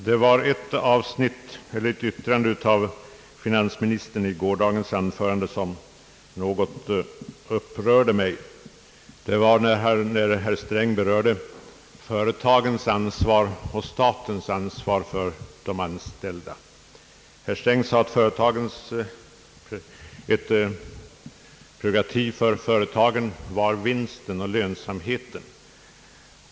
Herr talman! Det var ett uttalande av finansministern i gårdagens anförande som upprörde mig, det som berörde företagens och statens ansvar för de anställda. Herr Sträng sade, att ett prerogativ för företagen var vinsten och lönsamheten.